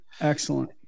Excellent